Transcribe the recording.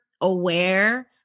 aware